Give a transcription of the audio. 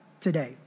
today